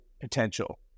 potential